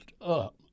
up